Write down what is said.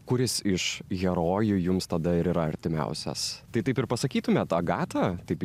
kuris iš herojų jums tada ir yra artimiausias tai taip ir pasakytumėt agata taip